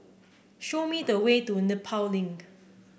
show me the way to Nepal Link